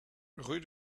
rue